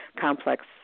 complex